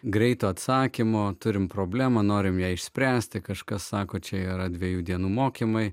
greito atsakymo turime problemą norime ją išspręsti kažkas sako čia yra dviejų dienų mokymai